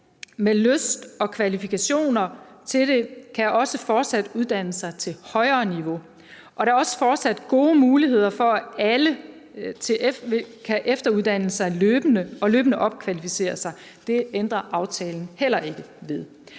med lyst og kvalifikationer til det kan også fortsat uddanne sig til højere niveau, og der er også fortsat gode muligheder for, at alle kan efteruddanne sig og løbende opkvalificere sig. Det ændrer aftalen heller ikke ved.